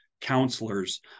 counselors